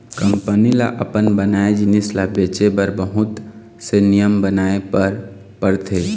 company ल अपन बनाए जिनिस ल बेचे बर बहुत से नियम बनाए बर परथे